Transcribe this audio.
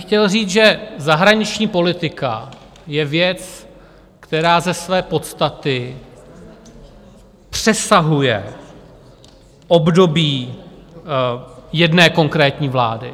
Chtěl bych říct, že zahraniční politika je věc, která ze své podstaty přesahuje období jedné konkrétní vlády.